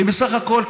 כי בסך הכול,